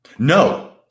No